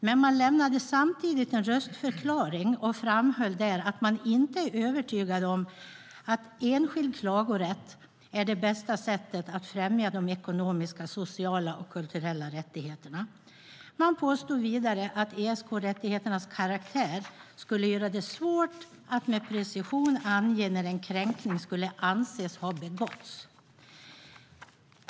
Men man lämnade samtidigt en röstförklaring och framhöll att man inte är övertygad om att enskild klagorätt är det bästa sättet att främja de ekonomiska, sociala och kulturella rättigheterna. Man påstod vidare att ESK-rättigheternas karaktär skulle göra det svårt att med precision ange när en kränkning skulle anses ha begåtts. Herr talman!